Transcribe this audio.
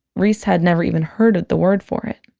reese had never even heard the word for it